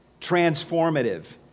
transformative